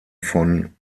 von